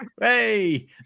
Hey